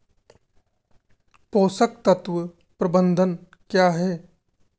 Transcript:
पोषक तत्व प्रबंधन क्या है?